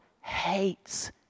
hates